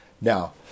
Now